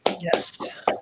Yes